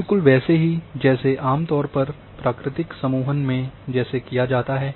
बिलकुल वैसे ही जैसे आम तौर पर प्राकृतिक समूहन में जैसे किया जाता है